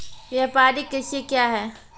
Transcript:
व्यापारिक कृषि क्या हैं?